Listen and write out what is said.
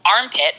armpit